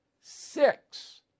Six